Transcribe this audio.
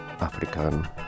African